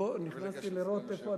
נכנסתי לראות איפה,